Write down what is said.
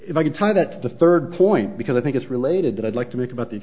if i could tie that to the third point because i think it's related that i'd like to make about the